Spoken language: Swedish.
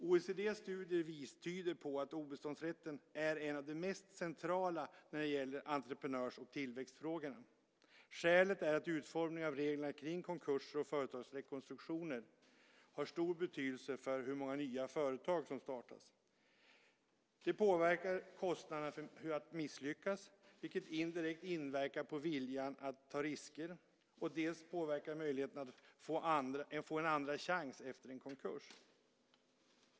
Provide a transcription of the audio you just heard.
OECD:s studier tyder på att obeståndsrätten är en av de mest centrala när det gäller entreprenörs och tillväxtfrågorna. Skälet är att utformningen av reglerna kring konkurser och företagsrekonstruktioner har stor betydelse för hur många nya företag som startas. Det påverkar kostnaderna för att misslyckas, vilket indirekt inverkar på viljan att ta risker. Det påverkar också möjligheten att få en andra chans efter en konkurs.